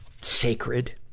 sacred